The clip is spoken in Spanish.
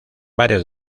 bares